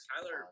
tyler